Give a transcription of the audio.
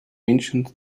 ancient